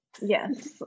Yes